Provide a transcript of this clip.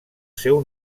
seu